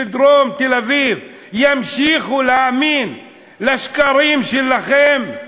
דרום תל-אביב ימשיכו להאמין לשקרים שלכם,